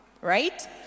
right